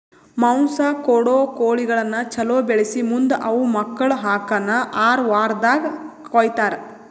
ಮಾಂಸ ಕೊಡೋ ಕೋಳಿಗಳನ್ನ ಛಲೋ ಬೆಳಿಸಿ ಮುಂದ್ ಅವು ಮಕ್ಕುಳ ಹಾಕನ್ ಆರ ವಾರ್ದಾಗ ಕೊಯ್ತಾರ